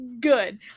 good